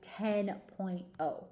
10.0